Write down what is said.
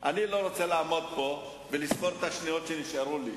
אני לא טוען שכתוצאה ממעשיכם או ממעשיו של מישהו,